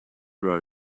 row